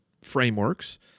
frameworks